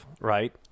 right